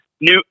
new